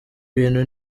bintu